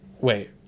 wait